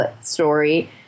story